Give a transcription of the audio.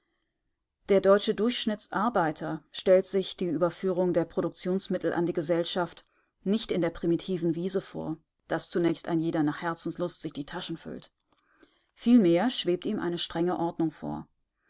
der deutsche durchschnittsarbeiter stellt sich die überführung der produktionsmittel an die gesellschaft nicht in der primitiven wiese vor daß zunächst ein jeder nach herzenslust sich die taschen füllt vielmehr schwebt ihm eine strenge ordnung vor